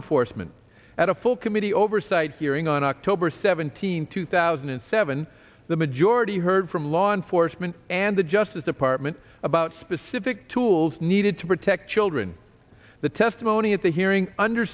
enforcement at a full committee oversight hearing on october seventeenth two thousand and seven the majority heard from law enforcement and the justice department about the civic tools needed to protect children the testimony at the hearing